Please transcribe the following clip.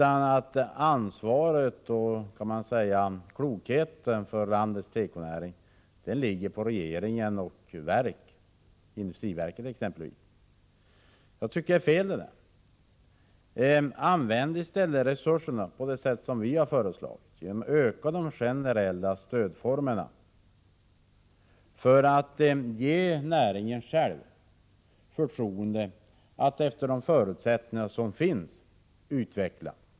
Ansvaret för landets tekonäring och för klokheten i tekopolitiken ligger på regeringen och olika verk, exempelvis industriverket. Jag tycker det är fel. Använd i stället resurserna på det sätt som vi har föreslagit! Öka omfattningen av de generella stödformerna och ge därigenom näringen själv förtroende att utveckla verksamheten efter de förutsättningar som finns.